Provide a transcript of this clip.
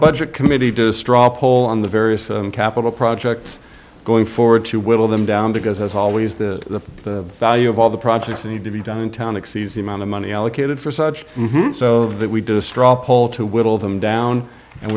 budget committee do a straw poll on the various capital projects going forward to whittle them down because as always the value of all the projects need to be done in town exceeds the amount of money allocated for such so that we do a straw poll to whittle them down and